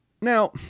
now